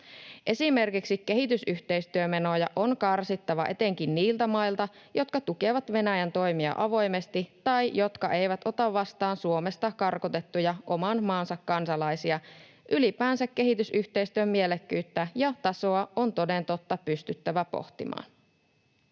Esimerkiksi kehitysyhteistyömenoja on karsittava etenkin niiltä mailta, jotka tukevat Venäjän toimia avoimesti tai jotka eivät ota vastaan Suomesta karkotettuja oman maansa kansalaisia. Ylipäänsä kehitysyhteistyön mielekkyyttä ja tasoa on toden totta pystyttävä pohtimaan.